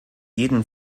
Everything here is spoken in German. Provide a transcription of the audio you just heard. jeden